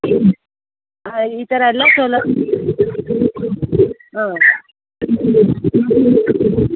ಹಾಂ ಈ ಥರ ಎಲ್ಲ ಸೌಲ ಹಾಂ